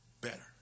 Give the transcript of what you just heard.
better